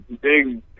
Big